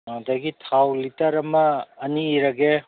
ꯑꯗꯒꯤ ꯊꯥꯎ ꯂꯤꯇꯔ ꯑꯃ ꯑꯅꯤ ꯏꯔꯒꯦ